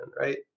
right